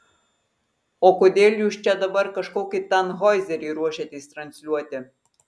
o kodėl jūs čia dabar kažkokį tanhoizerį ruošiatės transliuoti